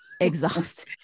Exhausted